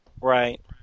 right